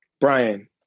Brian